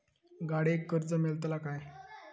गाडयेक कर्ज मेलतला काय?